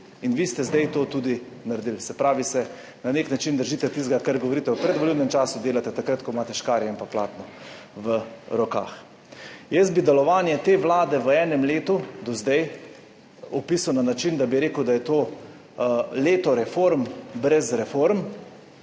in vi ste zdaj to tudi naredili. Se pravi, da se na nek način držite tistega, kar govorite v predvolilnem času, in to delate takrat, ko imate škarje in platno v rokah. Jaz bi delovanje te vlade v enem letu do zdaj opisal na način, da bi rekel, da je to »leto reform brez reform«